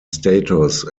status